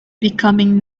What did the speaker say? becoming